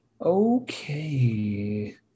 Okay